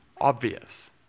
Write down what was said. obvious